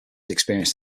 experienced